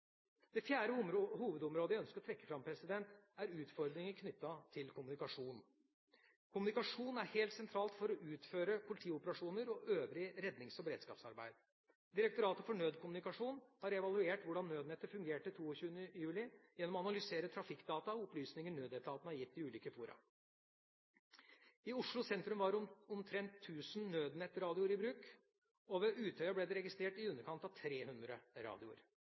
Det fjerde hovedområdet jeg ønsker å trekke fram, er utfordringer knyttet til kommunikasjon: Kommunikasjon er helt sentralt for å kunne utføre politioperasjoner og øvrig rednings- og beredskapsarbeid. Direktoratet for nødkommunikasjon har evaluert hvordan nødnettet fungerte 22. juli gjennom å analysere trafikkdata og opplysninger nødetatene har gitt i ulike fora. I Oslo sentrum var omtrent 1 000 nødnettradioer i bruk, og ved Utøya ble det registrert i underkant av 300